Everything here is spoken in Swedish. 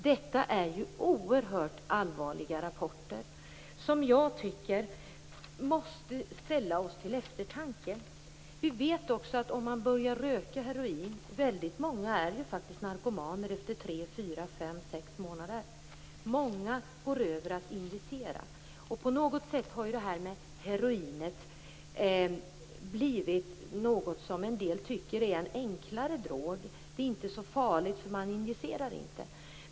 Detta är oerhört allvarliga rapporter som måste stämma oss till eftertanke. Vi vet också att om man börjar röka heroin kan man bli narkoman på 3-6 månader. Många går över till att injicera. På något sätt har rökheroin blivit en "enklare" drog. Det är inte så farligt, eftersom man inte injicerar det.